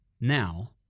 now